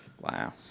Wow